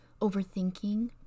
overthinking